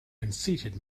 conceited